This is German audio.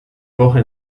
woche